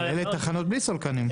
אבל 1-4 הן תחנות בלי סולקנים.